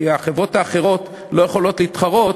כי החברות האחרות לא יכולות להתחרות